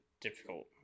difficult